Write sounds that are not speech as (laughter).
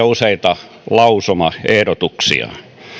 (unintelligible) useita lausumaehdotuksia